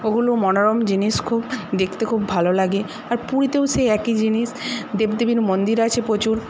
ওগুলো মনোরম জিনিস খুব দেখতে খুব ভালো লাগে আর পুরীতেও সেই একই জিনিস দেব দেবীর মন্দির আছে প্রচুর